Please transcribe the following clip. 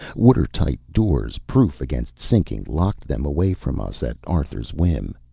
watertight doors, proof against sinking, locked them away from us at arthur's whim.